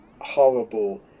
horrible